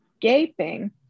gaping